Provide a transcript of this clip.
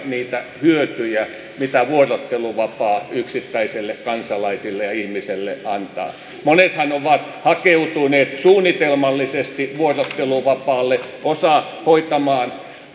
niitä hyötyjä mitä vuorotteluvapaa yksittäiselle kansalaiselle ja ihmiselle antaa monethan ovat hakeutuneet suunnitelmallisesti vuorotteluvapaalle osa hoitamaan